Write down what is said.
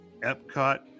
Epcot